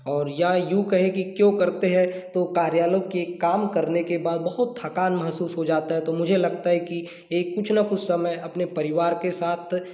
और या यूं कहें की क्यों करते हैं तो कार्यालयों के काम करने के बाद बहुत थकान महसूस हो जाता है तो मुझे लगता है कि एक कुछ ना कुछ समय अपने परिवार के साथ